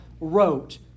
wrote